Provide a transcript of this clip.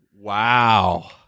Wow